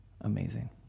amazing